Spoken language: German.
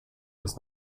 des